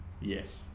Yes